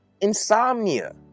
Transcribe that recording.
Insomnia